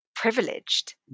privileged